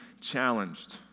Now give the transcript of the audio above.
challenged